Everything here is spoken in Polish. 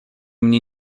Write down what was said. mnie